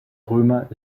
römer